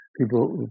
people